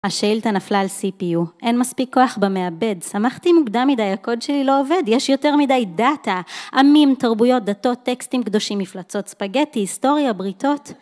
השאילתה נפלה על CPU, אין מספיק כוח במעבד, שמחתי מוקדם מדי, הקוד שלי לא עובד, יש יותר מדי דאטה. עמים, תרבויות, דתות, טקסטים קדושים מפלצות, ספגטי, היסטוריה, בריתות...